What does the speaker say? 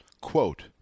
Quote